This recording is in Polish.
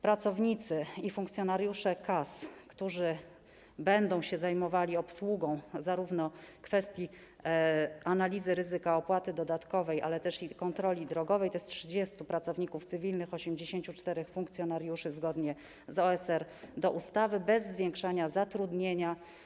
Pracownicy i funkcjonariusze KAS, którzy będą się zajmowali obsługą zarówno kwestii analizy ryzyka opłaty dodatkowej, jak i kwestii kontroli drogowej, to 30 pracowników cywilnych i 84 funkcjonariuszy, zgodnie z OSR do ustawy, bez zwiększania zatrudnienia.